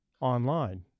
online